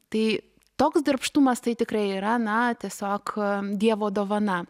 tai toks darbštumas tai tikrai yra na tiesiog dievo dovana